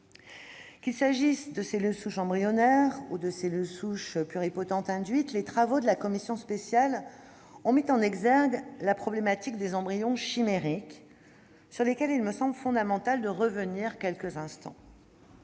Qu'il s'agisse de cellules souches embryonnaires ou de cellules souches pluripotentes induites, les travaux de la commission spéciale ont mis en exergue la problématique des embryons chimériques, sur laquelle il me paraît fondamental de revenir quelques instants.